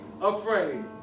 afraid